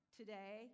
today